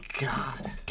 God